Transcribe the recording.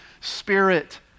Spirit